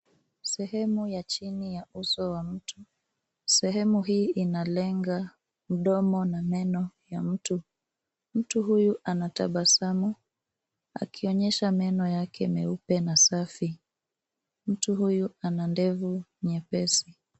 Sehemu ya chini ya uso wa mtu. Sehemu hii inalenga mdomo na meno ya mtu. Mtu huyu anatabasamu akionyesha meno yake meno meupe na safi. Mtu huyu ana ndevu nyepesi.